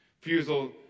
Refusal